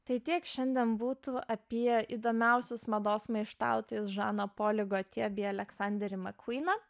tai tiek šiandien būtų apie įdomiausius mados maištautojus žaną polį gotje bei aleksanderį makvyną